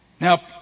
Now